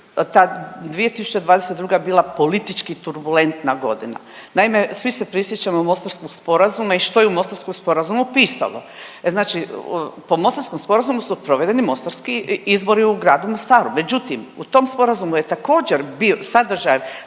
ta 2022. bila politički turbulentna godina. Naime, svi se prisjećamo Mostarskog sporazuma i što je u Mostarskom sporazumu pisalo, e znači po Mostarskom sporazumu su provedeni mostarski izbori u Gradu Mostaru. Međutim, u tom sporazumu je također bio sadržaj